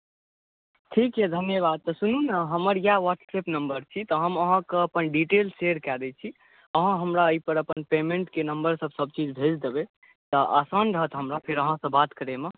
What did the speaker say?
ठीक छै तऽ धन्यवाद सुनू ने हमर इएह वाट्सऐप नम्बर छी तऽ हम अपन अहाँके डिटेल शेयर कऽ दै छी अहाँ हमरा अपन एहिपर पेमेन्टके नम्बर सभ सभ चीज भेज देबै तऽ आसान रहत हमरा फेर अहाँ से बात करैमे